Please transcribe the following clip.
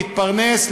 להתפרנס,